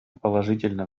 положительно